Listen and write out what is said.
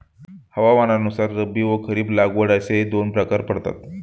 हवामानानुसार रब्बी व खरीप लागवड असे दोन प्रकार पडतात